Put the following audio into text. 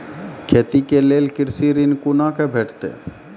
खेती के लेल कृषि ऋण कुना के भेंटते?